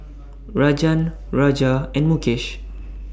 Rajan Raja and Mukesh